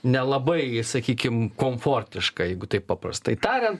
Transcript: nelabai sakykim komfortiškai jeigu taip paprastai tariant